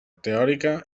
teòrica